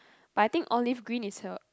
but I think olive green is a